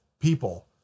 people